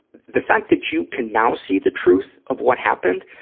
the fact that you can now see the truth of what happened,